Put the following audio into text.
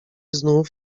znów